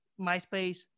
MySpace